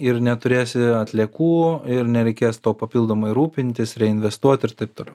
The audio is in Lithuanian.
ir neturėsi atliekų ir nereikės tuo papildomai rūpintis reinvestuoti ir taip toliau